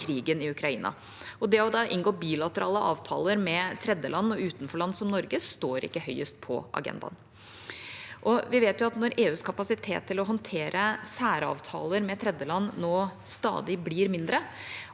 krigen i Ukraina. Det å da inngå bilaterale avtaler med tredjeland og utenforland som Norge står ikke høyest på agendaen. Når vi vet at EUs kapasitet til å håndtere særavtaler med tredjeland blir stadig mindre